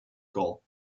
gull